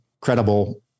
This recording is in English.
credible